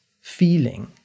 feeling